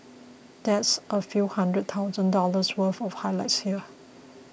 that's a few hundred thousand dollars worth of highlights here